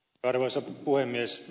arvoisa puhemies